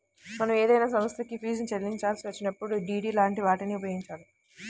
మనం ఏదైనా సంస్థకి ఫీజుని చెల్లించాల్సి వచ్చినప్పుడు డి.డి లాంటి వాటిని ఉపయోగించాలి